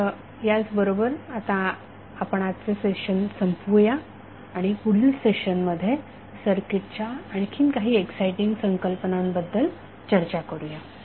तर याच बरोबर आता आपण आजचे सेशन संपवूया आणि पुढील सेशन मध्ये सर्किटच्या आणखी काही एक्सायटिंग संकल्पनांबद्दल चर्चा करूया